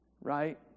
right